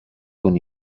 con